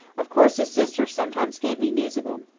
of course, his sister sometimes gave me news of him.